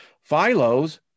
Philo's